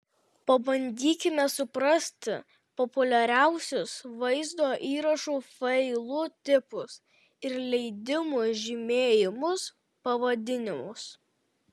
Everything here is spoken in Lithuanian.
pabandykime suprasti populiariausius vaizdo įrašų failų tipus ir leidimų žymėjimus pavadinimus